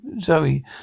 Zoe